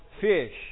fish